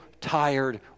tired